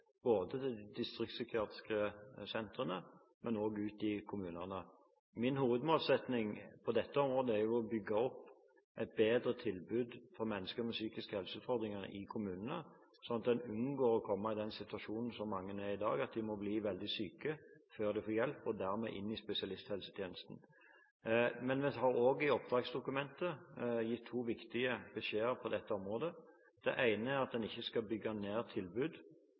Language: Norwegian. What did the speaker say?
både med hensyn til de distriktpsykiatriske sentrene og ute i kommunene. Min hovedmålsetting på dette området er å bygge opp et bedre tilbud for mennesker med psykiske helseutfordringer i kommunene, sånn at en unngår å komme i den situasjonen som mange er i i dag: at de må bli veldig syke før de får hjelp og dermed må inn i spesialisthelsetjenesten. Men i oppdragsdokumentet har vi òg gitt to viktige beskjeder på dette området. Den ene er at en ikke skal bygge ned